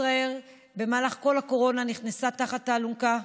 ישראייר במהלך כל הקורונה נכנסה תחת האלונקה: